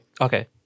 okay